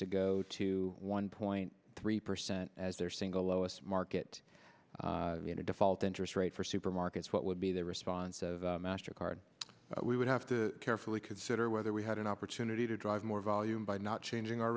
to go to one point three percent as their single lowest market and a default interest rate for the markets what would be the response of master card we would have to carefully consider whether we had an opportunity to drive more volume by not changing our